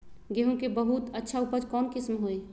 गेंहू के बहुत अच्छा उपज कौन किस्म होई?